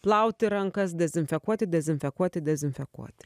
plauti rankas dezinfekuoti dezinfekuoti dezinfekuoti